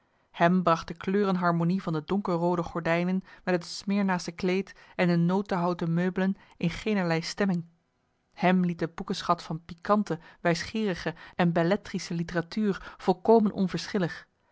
hem bracht de kleuren harmonie van de donker roode gordijnen met het smyrnasche kleed en de notenhouten meubelen in geenerlei stemming hem liet de boekenschat van pikante wijsgeerige en belletristische literatuur volkomen